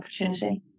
opportunity